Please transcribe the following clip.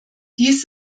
dies